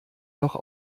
noch